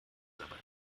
dabei